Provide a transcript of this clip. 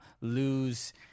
lose